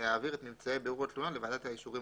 להעביר את ממצאי בירור התלונה לוועדת האישורים